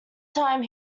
time